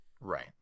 Right